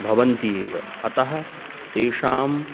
भवन्ति एव अतः तेषां